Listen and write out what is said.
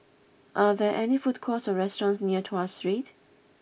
are there food courts or restaurants near Tuas Street